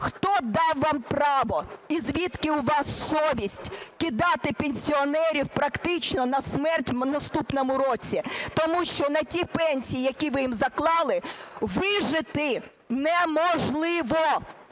хто дав вам право і звідки у вас совість кидати пенсіонерів практично на смерть в наступному році? Тому що на ті пенсії, які ви їм заклали, вижити неможливо.